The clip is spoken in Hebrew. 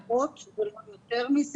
מדברים על מאות ולא יותר מזה.